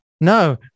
No